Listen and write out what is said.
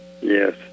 Yes